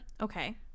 Okay